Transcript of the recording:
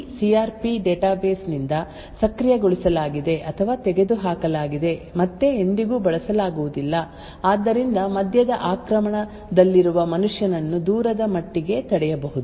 ಈ C R P database ನಿಂದ ಸಕ್ರಿಯಗೊಳಿಸಲಾಗಿದೆ ಅಥವಾ ತೆಗೆದುಹಾಕಲಾಗಿದೆ ಮತ್ತೆ ಎಂದಿಗೂ ಬಳಸಲಾಗುವುದಿಲ್ಲ ಆದ್ದರಿಂದ ಮಧ್ಯದ ಆಕ್ರಮಣದಲ್ಲಿರುವ ಮನುಷ್ಯನನ್ನು ದೂರದ ಮಟ್ಟಿಗೆ ತಡೆಯಬಹುದು